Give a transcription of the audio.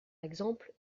exemple